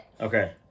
Okay